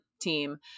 team